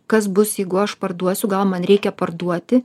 kas bus jeigu aš parduosiu gal man reikia parduoti